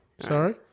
Sorry